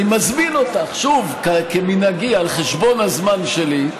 אני מזמין אותך, שוב כמנהגי, על חשבון הזמן שלי,